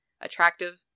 attractive